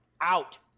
out